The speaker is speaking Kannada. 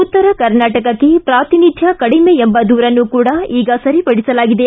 ಉತ್ತರ ಕರ್ನಾಟಕಕ್ಕೆ ಪ್ರಾತಿನಿಧ್ದ ಕಡಿಮೆ ಎಂಬ ದೂರನ್ನು ಕೂಡಾ ಈಗ ಸರಿ ಪಡಿಸಲಾಗಿದೆ